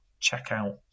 Checkout